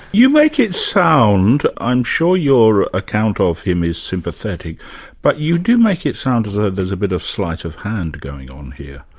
you make it sound i'm sure your account of him is sympathetic but you do make it sound as though there's a bit of sleight of hand going on here.